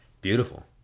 Beautiful